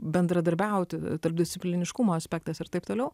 bendradarbiauti tarpdiscipliniškumo aspektas ir taip toliau